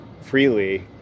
freely